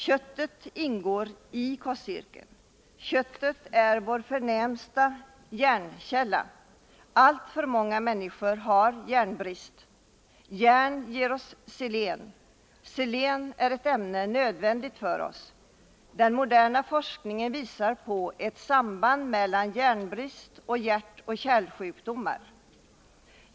Kött ingår i kostcirkeln. Köttet är vår förnämsta järnkälla. Alltför många människor har järnbrist. Järn ger oss selen. Selen är ett ämne som är nödvändigt för oss. Den moderna forskningen visar på ett samband mellan järnbrist och hjärtoch kärlsjukdomar.